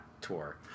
tour